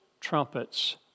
Trumpets